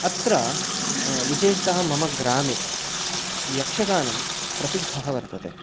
अत्र विशेषतः मम ग्रामे यक्षगानं प्रसिद्धः वर्तते